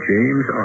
James